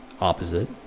opposite